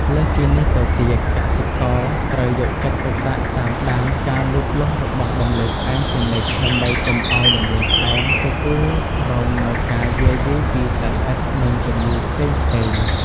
លើសពីនេះទៅទៀត កសិករត្រូវយកចិត្តទុកដាក់តាមដានការលូតលាស់របស់ដំឡូងផ្អែមជានិច្ច ដើម្បីកុំឱ្យដំឡូងផ្អែមទទួលរងនូវការយាយីពីសត្វល្អិត និងជំងឺផ្សេងៗ។